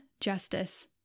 justice